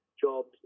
jobs